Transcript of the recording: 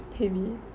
heavy